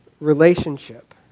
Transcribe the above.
relationship